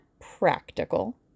practical